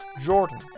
Jordan